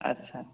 ଆଚ୍ଛା